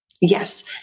Yes